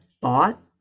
bought